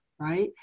Right